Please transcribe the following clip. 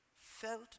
felt